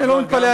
אני לא מתפלא.